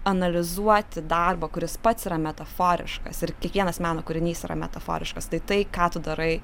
analizuoti darbą kuris pats yra metaforiškas ir kiekvienas meno kūrinys yra metaforiškas tai tai ką tu darai